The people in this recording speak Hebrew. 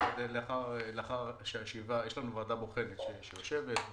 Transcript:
יש לנו ועדה בוחנת שיושבת,